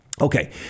Okay